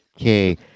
okay